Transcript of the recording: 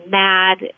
mad